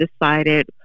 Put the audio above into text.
decided